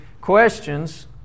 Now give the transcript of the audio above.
questions